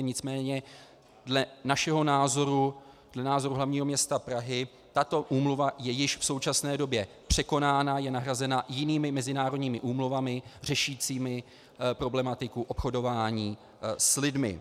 Nicméně dle našeho názoru, dle názoru hlavního města Prahy, tato úmluva je již v současné době překonána, je nahrazena jinými mezinárodními úmluvami řešícími problematiku obchodování s lidmi.